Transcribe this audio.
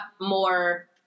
more